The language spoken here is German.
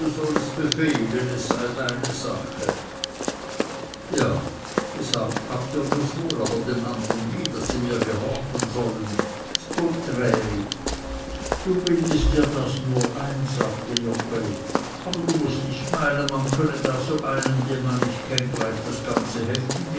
sollest befehlen es sei deine sache ja gesagt habt ihr mirs wohl aber den andern nie daß sie mir gehorchen sollen ds gunträri du bildest dir das nur ein sagte joggeli aber du mußt nicht meinen man könne da so einem den man nicht kennt gleich das ganze heft